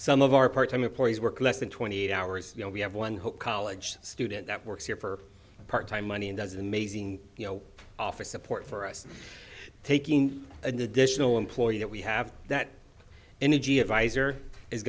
some of our part time employees work less than twenty eight hours you know we have one college student that works here for part time money and does amazing you know office support for us taking additional employees that we have that energy adviser is